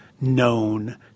known